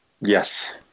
Yes